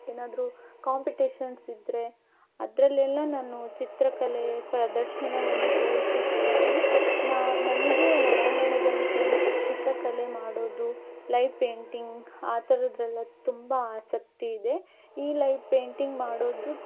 ಏನಾದರೂ ಕಾಂಪಿಟೇಶನ್ಸ್ ಇದ್ದರೆ ಅದರಲ್ಲೆಲ್ಲ ನಾನು ಚಿತ್ರಕಲೆ ಪ್ರದರ್ಶನವನ್ನು ತೋರಿಸುತ್ತೇನೆ ನಾನು ನನಗೆ ಹೊರಾಂಗಣದಲ್ಲಿ ಪೆಯಿ ಚಿತ್ರಕಲೆ ಮಾಡೋದು ಲೈವ್ ಪೇಂಟಿಂಗ್ ಆ ಥರದ್ರೆಲ್ಲ ತುಂಬ ಆಸಕ್ತಿ ಇದೆ ಈ ಲೈವ್ ಪೇಂಟಿಂಗ್ ಮಾಡೋದು